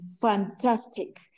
fantastic